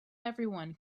everyone